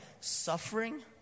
suffering